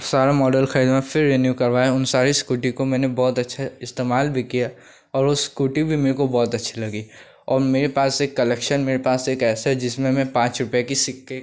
सारे मॉडल ख़रीदना फिर रीन्यू करवाया उन सारी इस्कूटी को मैंने बहुत अच्छा इस्तेमाल भी किया और वह इस्कूटी भी मेरे को बहुत अच्छी लगी और मेरे पास एक कलेक्शन मेरे पास एक ऐसा है जिसमें मैं पाँच रुपये के सिक्के